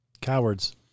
Cowards